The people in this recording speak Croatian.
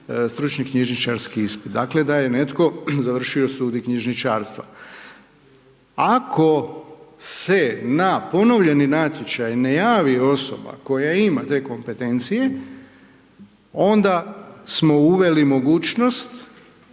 stručni knjižničarski ispit dakle da je netko završio studij knjižničarstva. Ako se na ponovljeni natječaj ne javi osoba koja ima te kompetencije onda smo uveli mogućnost